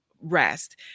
rest